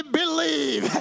believe